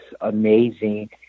amazing